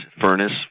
furnace